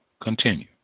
Continue